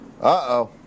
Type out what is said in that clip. Uh-oh